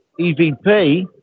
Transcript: EVP